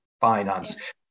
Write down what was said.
finance